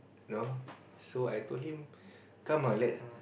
you know so I told him come lah let